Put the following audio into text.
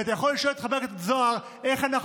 ואתה יכול לשאול את חבר הכנסת זוהר איך אנחנו